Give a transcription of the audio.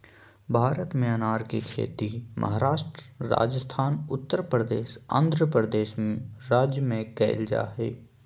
भारत में अनार के खेती महाराष्ट्र, राजस्थान, उत्तरप्रदेश, आंध्रप्रदेश राज्य में कैल जा हई